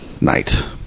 night